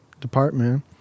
department